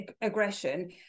aggression